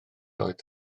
oedd